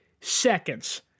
seconds